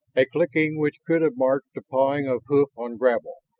a clicking which could have marked the pawing of hoof on gravel,